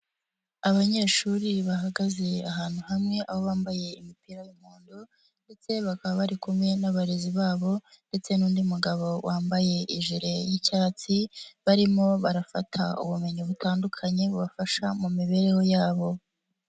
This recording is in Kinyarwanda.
Abanyeshuri bahagaze ahantu hamwe abo bambaye imipira y'umuhondo ndetse bakaba bari kumwe n'abarezi babo ndetse n'undi mugabo wambaye ijire y'icyatsi barimo barafata ubumenyi butandukanye bubafasha mu mibereho yabo.